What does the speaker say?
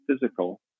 physical